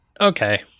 okay